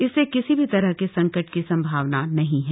इससे किसी भी तरह के संकट की संभावना नहीं है